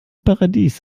paradies